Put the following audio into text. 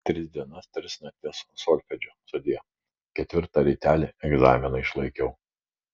tris dienas tris naktis solfedžio sudie ketvirtą rytelį egzaminą išlaikiau